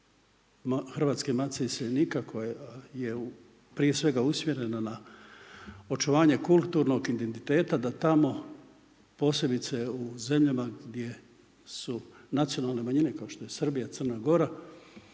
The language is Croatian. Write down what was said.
Hrvatske matice iseljenika koja je prije svega usmjerena na očuvanje kulturnog identiteta da tamo posebice u zemljama gdje su nacionalne manjine kao što je Srbija, Crna Gora